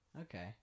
Okay